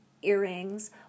earrings